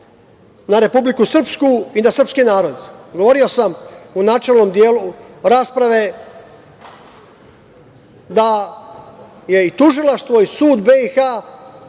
na Republiku Srpsku i na srpski narod. Govorio sam u načelnom delu rasprave da je i tužilaštvo i sud BiH